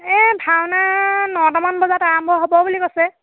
এই ভাওনা নটামান বজাত আৰম্ভ হ'ব বুলি কৈছে